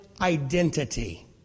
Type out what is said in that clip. identity